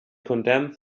condemned